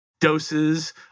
doses